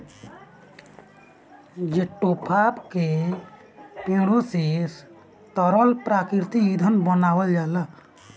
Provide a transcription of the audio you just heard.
jatropha के पेड़े से तरल प्राकृतिक ईंधन बनावल जाला